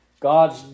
God's